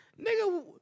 Nigga